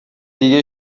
دیگه